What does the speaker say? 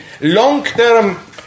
long-term